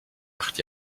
acht